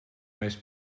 most